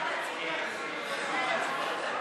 שירות באמצעות דואר